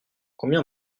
combien